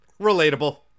relatable